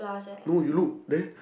no you look there